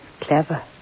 Clever